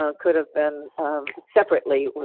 ah could've been separately